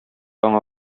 аңа